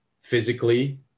physically